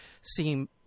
seem